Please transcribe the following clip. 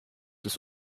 ist